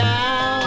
now